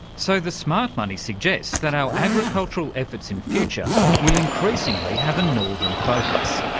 so the smart money suggests that our agricultural efforts in future will increasingly have a northern focus.